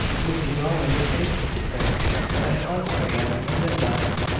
mrs rowland was thankful to say that fuss was at an end at last.